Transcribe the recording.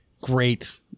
Great